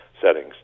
settings